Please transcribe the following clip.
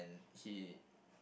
he